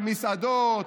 שמסעדות,